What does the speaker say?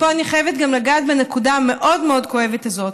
פה אני חייבת גם לגעת בנקודה המאוד-מאוד כואבת הזאת: